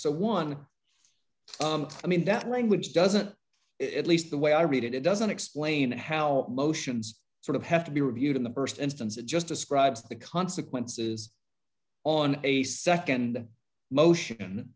so one i mean that language doesn't it at least the way i read it it doesn't explain how motions sort of have to be reviewed in the st instance it just describes the consequences on a nd motion